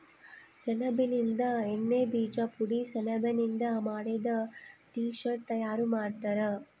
ಸೆಣಬಿನಿಂದ ಎಣ್ಣೆ ಬೀಜ ಪುಡಿ ಸೆಣಬಿನಿಂದ ಮಾಡಿದ ಟೀ ಶರ್ಟ್ ತಯಾರು ಮಾಡ್ತಾರ